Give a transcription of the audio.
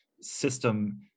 system